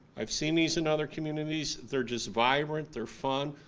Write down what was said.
i've seen these in other communities, they're just vibrant, they're fun,